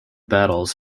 battles